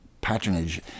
patronage